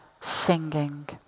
singing